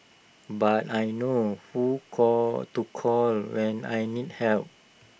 but I know who call to call when I need help